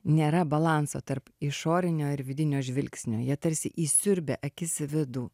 nėra balanso tarp išorinio ir vidinio žvilgsnio jie tarsi įsiurbia akis į vidų